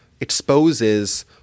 exposes